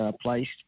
placed